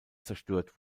zerstört